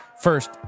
First